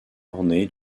ornées